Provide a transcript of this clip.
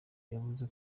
yavuze